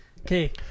Okay